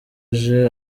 age